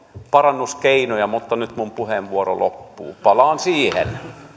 parannuskeinoja mutta nyt minun puheenvuoroni loppuu palaan siihen